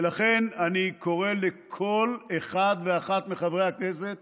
ולכן, אני קורא לכל אחד ואחת מחברי הכנסת